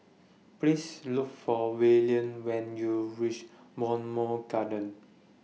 Please Look For Willam when YOU REACH Bowmont Gardens